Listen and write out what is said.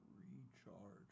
recharge